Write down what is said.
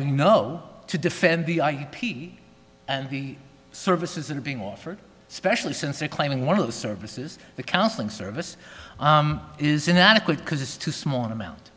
we know to defend the ip and the services that are being offered especially since they're claiming one of those services the counseling service is inadequate because it's too small an amount